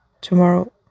Tomorrow